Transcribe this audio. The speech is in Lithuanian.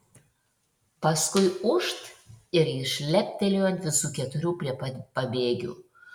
paskui ūžt ir jis šleptelėjo ant visų keturių prie pat pabėgių